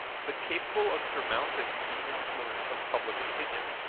but capable of surmounting the influence of public opinion